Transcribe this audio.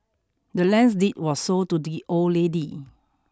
the land's deed was sold to the old lady